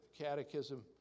catechism